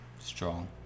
Strong